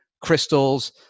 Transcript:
crystals